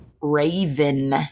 Raven